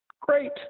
Great